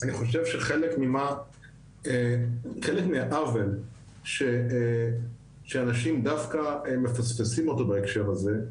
אני חושב שחלק מהעוול שאנשים דווקא מפספסים אותו בהקשר הזה,